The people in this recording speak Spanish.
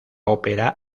ópera